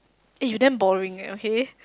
eh you damn boring eh okay